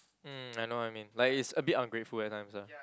mm I know what you mean like it's a bit ungrateful at times ah